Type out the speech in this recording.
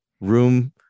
room